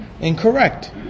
Incorrect